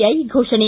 I ಘೋಷಣೆ